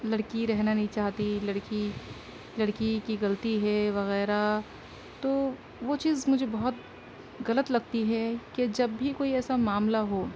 لڑکی رہنا نہیں چاہتی لڑکی لڑکی کی غلطی ہے وغیرہ تو وہ چیز مجھے بہت غلط لگتی ہے کہ جب بھی کوئی ایسا معاملہ ہو